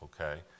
Okay